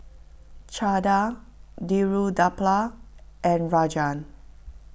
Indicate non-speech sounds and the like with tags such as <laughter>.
Chanda <unintelligible> and Rajan